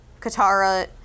Katara